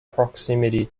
proximity